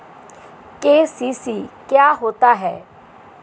KCC क्या होता है?